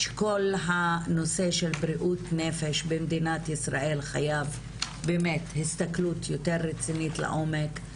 שכל הנושא של בריאות נפש במדינת ישראל חייב הסתכלות יותר רצינית לעומק.